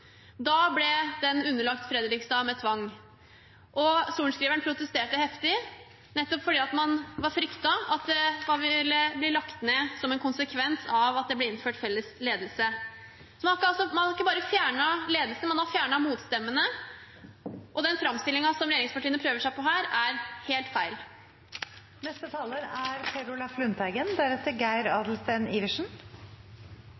Da ble den underlagt Fredrikstad med tvang, og sorenskriveren protesterte heftig, nettopp fordi man fryktet at man ville bli lagt ned som en konsekvens av at det ble innført felles ledelse. Så man har ikke bare fjernet ledelsen, men man har fjernet motstemmene, og den framstillingen som regjeringspartiene prøver seg på her, er helt